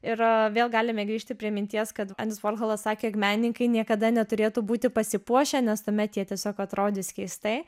ir vėl galime grįžti prie minties kad endis vorholas sakė jog menininkai niekada neturėtų būti pasipuošę nes tuomet jie tiesiog atrodys keistai